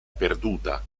perduta